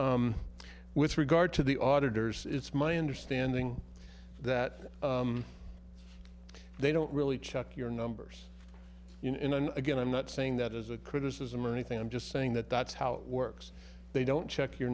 it with regard to the auditors it's my understanding that they don't really check your numbers you know in and again i'm not saying that as a criticism or anything i'm just saying that that's how it works they don't check your